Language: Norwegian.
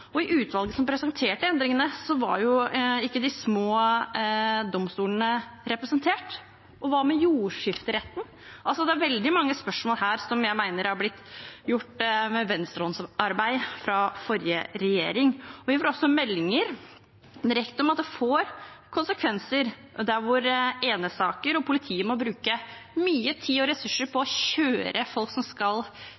I utvalget som presenterte endringene, var ikke de små domstolene representert. Og hva med jordskifteretten? Det er veldig mange spørsmål her jeg mener er blitt håndtert med venstrehåndsarbeid av forrige regjering. Vi får også meldinger direkte om at det får konsekvenser ved enesaker, og der politiet må bruke mye tid og ressurser på